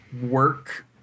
work